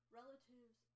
relatives